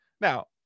now